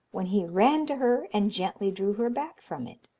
when he ran to her, and gently drew her back from it.